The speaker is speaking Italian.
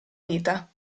vita